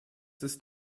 ist